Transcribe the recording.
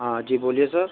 ہاں جی بولیے سر